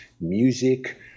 music